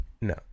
No